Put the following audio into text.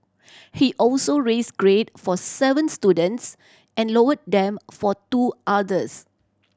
he also raised grade for seven students and lowered them for two others